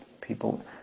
people